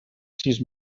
sis